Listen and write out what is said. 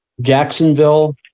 Jacksonville